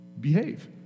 behave